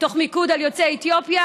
תוך מיקוד על יוצאי אתיופיה,